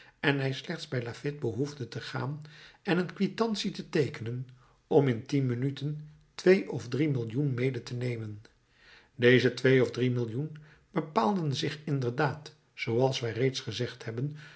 en hij slechts bij laffitte behoefde te gaan en een kwitantie te teekenen om in tien minuten twee of drie millioen mede te nemen deze twee of drie millioen bepaalden zich inderdaad zooals wij reeds gezegd hebben